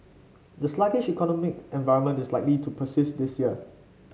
the sluggish economic environment is likely to persist this year